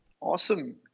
Awesome